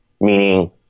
Meaning